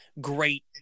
great